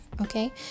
okay